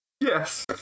Yes